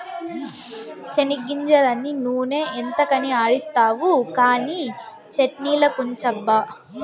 చెనిగ్గింజలన్నీ నూనె ఎంతకని ఆడిస్తావు కానీ చట్ట్నిలకుంచబ్బా